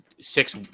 six